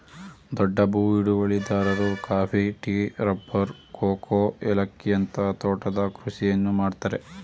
ದೊಡ್ಡ ಭೂ ಹಿಡುವಳಿದಾರರು ಕಾಫಿ, ಟೀ, ರಬ್ಬರ್, ಕೋಕೋ, ಏಲಕ್ಕಿಯಂತ ತೋಟದ ಕೃಷಿಯನ್ನು ಮಾಡ್ತರೆ